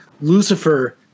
Lucifer